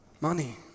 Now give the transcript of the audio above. money